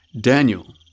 Daniel